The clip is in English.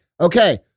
Okay